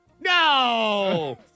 No